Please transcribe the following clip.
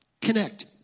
connect